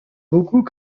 beaucoup